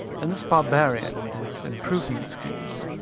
and this barbarian, with his improvement schemes,